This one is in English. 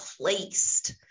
placed